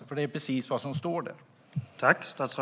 Det är nämligen precis vad som står i budgeten.